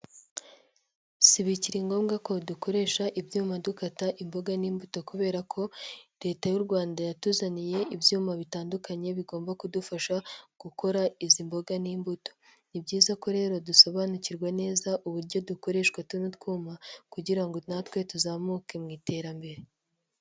Si bikiri ngombwa ko dukoresha ibyuma dukata imboga n'imbuto kubera ko Leta y'u Rwanda yatuzaniye ibyuma bitandukanye bigomba kudufasha gukora izi mboga n'imbuto. Ni byiza ko rero dusobanukirwa neza uburyo dukoreshwa tuno twuma kugira ngo natwe tuzamuke mu iterambere.